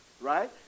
Right